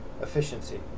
Efficiency